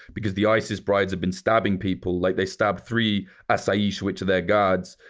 because the isis brides have been stabbing people. like they stabbed three asayish, which are their guards.